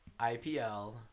IPL